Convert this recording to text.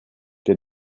der